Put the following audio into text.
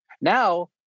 Now